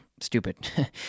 Stupid